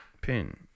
pin